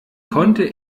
konnte